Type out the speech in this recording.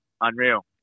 Unreal